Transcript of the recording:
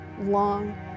long